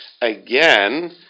again